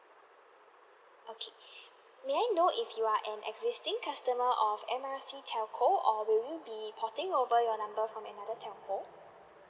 okay may I know if you are an existing customer of M R C telco or will you be porting over your number from another telco